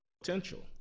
potential